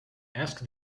ask